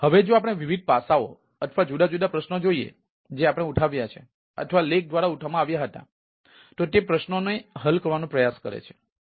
હવે જો આપણે વિવિધ પાસાઓ અથવા જુદા જુદા પ્રશ્નો જોઈએ જે આપણે ઉઠાવ્યા છે અથવા લેખ દ્વારા ઉઠાવવામાં આવ્યા હતા તો તે પ્રશ્નોને હલ કરવાનો પ્રયાસ કરે છે